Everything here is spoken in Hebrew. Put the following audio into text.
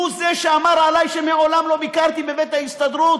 הוא, זה שאמר עלי שמעולם לא ביקרתי בבית ההסתדרות,